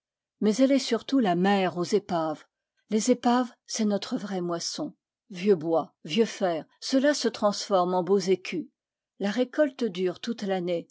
mais elle est surtout la mère aux épaves les épaves c'est notre vraie moisson vieux bois vieux fers cela se transforme en beaux écus la récolte dure toute